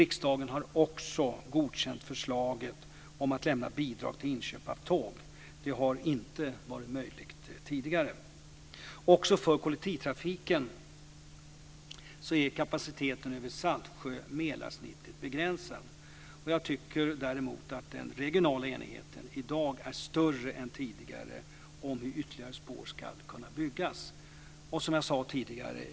Riksdagen har också godkänt förslaget om att lämna bidrag till inköp av tåg. Det har inte varit möjligt tidigare. Också för kollektivtrafiken är kapaciteten över Saltsjö-Mälar-snittet begränsad. Jag tycker däremot att den regionala enigheten om hur ytterligare spår ska kunna byggas är större i dag än tidigare.